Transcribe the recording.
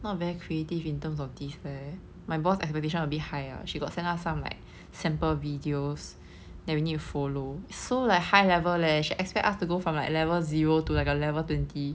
not very creative in terms of this leh my boss expectation a bit high uh she got send us some like sample videos that we need to follow so like high level leh she expect us to go from like level zero to like a level twenty